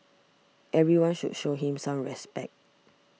everyone should show him some respect